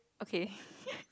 okay